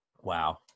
Wow